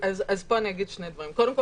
קודם כול,